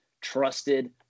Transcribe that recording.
trusted –